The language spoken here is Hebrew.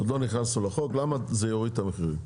עוד לא נכנסנו לחוק, למה זה יוריד את המחירים?